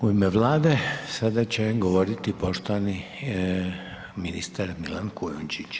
U ime Vlade, sada će govorit poštovani ministar Milan Kujundžić.